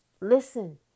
Listen